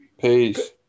Peace